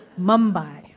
Mumbai